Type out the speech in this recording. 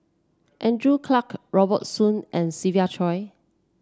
Andrew Clarke Robert Soon and Siva Choy